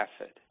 effort